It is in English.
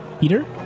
Peter